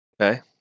Okay